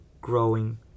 growing